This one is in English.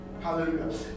Hallelujah